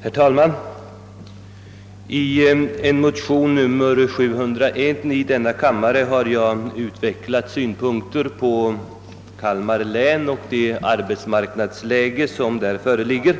Herr talman! I en motion, nr 701 i denna kammare — likalydande med motionen 583 i första kammaren — har jag utvecklat synpunkter på det arbetsmarknadsläge som råder i Kalmar län.